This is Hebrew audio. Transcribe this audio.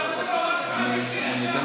איזה משפט